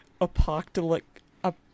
Apocalyptic